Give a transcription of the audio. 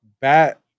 bat